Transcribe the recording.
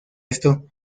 esto